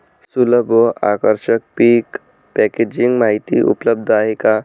सुलभ व आकर्षक पीक पॅकेजिंग माहिती उपलब्ध आहे का?